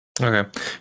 okay